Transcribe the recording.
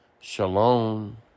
Shalom